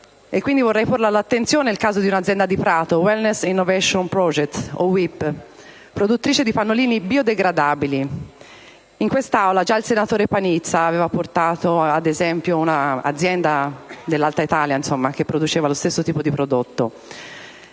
Vorrei porre all'attenzione il caso di un'azienda di Prato, la Wellness Innovation Project (WIP), produttrice di pannolini biodegradabili. In quest'Aula, già il senatore Panizza aveva parlato, ad esempio, di un'azienda dell'alta Italia che produceva lo stesso tipo di prodotto.